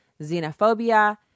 xenophobia